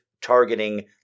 targeting